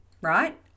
right